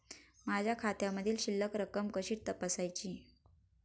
माझ्या खात्यामधील शिल्लक रक्कम कशी तपासायची?